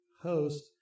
host